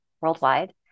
worldwide